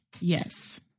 Yes